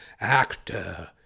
Actor